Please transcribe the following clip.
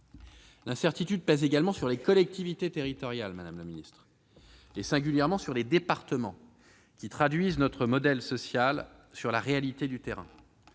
L'incertitude pèse également sur les collectivités territoriales, madame la secrétaire d'État, singulièrement sur les départements qui traduisent notre modèle social sur le terrain.